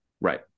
Right